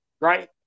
Right